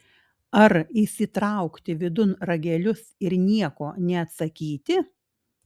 ar įsitraukti vidun ragelius ir nieko neatsakyti